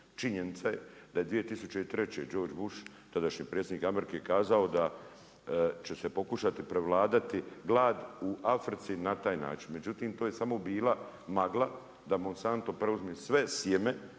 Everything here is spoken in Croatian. Činjenica je da je 2003. George Bush, tadašnji predsjednike Amerike kazao da će se pokušati prevladati glad u Africi na taj način, međutim to je samo bila magla da sam preuzme sve to sjeme